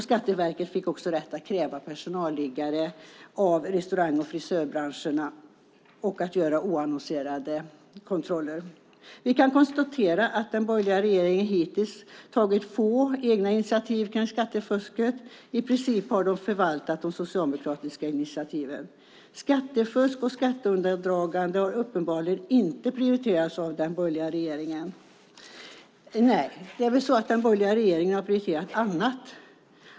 Skatteverket fick också rätt att kräva personalliggare av restaurang och frisörbranscherna och att göra oannonserade kontroller. Vi kan konstatera att den borgerliga regeringen hittills tagit få egna initiativ kring skattefusket. I princip har de förvaltat de socialdemokratiska initiativen. Skattefusk och skatteundandragande har uppenbarligen inte prioriterats av den borgerliga regeringen. Nej, det är väl så att den borgerliga regeringen har prioriterat annat.